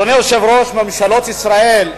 אדוני היושב-ראש, ממשלות ישראל,